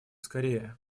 скорее